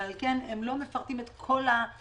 ועל כן הם לא מפרטים את כל הצדדים